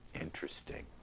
Interesting